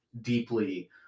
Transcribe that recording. deeply